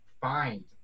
find